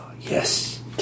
Yes